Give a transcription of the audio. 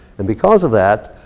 and because of that,